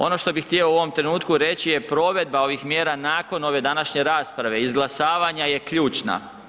Ono što bi htio u ovom trenutku reći je provedba ovih mjera nakon ove današnje rasprave izglasavanja je ključna.